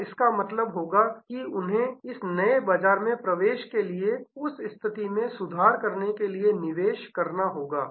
और इसका मतलब यह होगा कि उन्हें इस नए बाजार में प्रवेश के लिए उस स्थिति में सुधार करने के लिए निवेश करना होगा